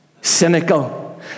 cynical